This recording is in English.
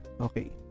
okay